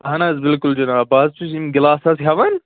اہَن حظ بِلکُل جِناب بہٕ حظ چھُس یِم گِلاس حظ ہیٚوان